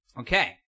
Okay